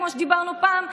כמו שדיברנו פעם,